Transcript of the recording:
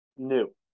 New